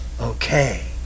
okay